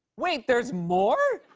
wait, there's more?